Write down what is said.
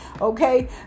Okay